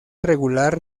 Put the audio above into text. regular